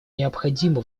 необходимо